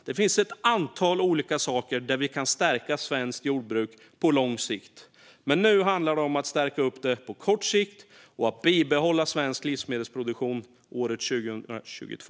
Det finns ett antal olika saker vi kan göra för att stärka svenskt jordbruk på lång sikt. Men nu handlar det om att stärka det på kort sikt och bibehålla svensk livsmedelsproduktion året 2022.